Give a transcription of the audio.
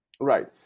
Right